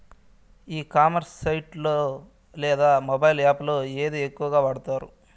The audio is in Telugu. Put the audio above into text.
ఈ కామర్స్ సైట్ లో లేదా మొబైల్ యాప్ లో ఏది ఎక్కువగా వాడుతారు?